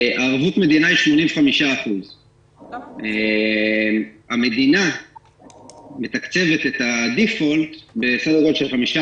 ערבות מדינה היא 85%. המדינה מתקצבת את ה-default ב-forward של 15%,